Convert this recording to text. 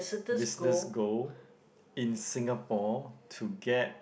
visitors go in Singapore to get